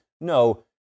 No